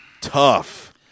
tough